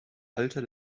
alter